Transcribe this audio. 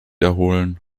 erholen